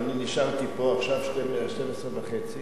אני נשארתי פה עד השעה שתים-עשרה וחצי.